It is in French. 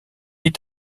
est